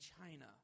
china